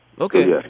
Okay